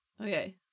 Okay